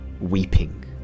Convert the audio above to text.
weeping